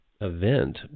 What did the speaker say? event